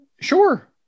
Sure